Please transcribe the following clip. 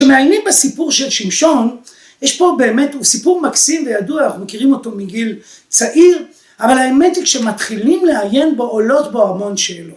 ‫שמעיינים בסיפור של שמשון, ‫יש פה באמת, הוא סיפור מקסים וידוע, ‫אנחנו מכירים אותו מגיל צעיר, ‫אבל האמת היא כשמתחילים ‫לעיין בו עולות בו המון שאלות.